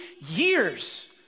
years